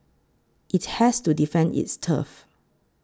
it's has to defend its turf